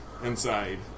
Inside